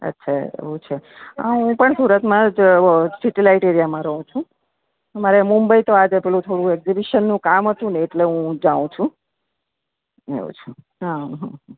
અચ્છા એવું છે હું પણ સુરતમાં જ સીટીલાઇટ એરિયામાં રહું છું મારે મુંબઈ તો આજે પેલું થોડું એક્ઝિબિશનનું કામ હતુને એટલે હું જાવ છું એવું છે હાં હં હં